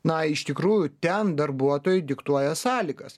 na iš tikrųjų ten darbuotojai diktuoja sąlygas